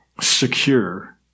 secure